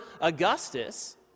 Augustus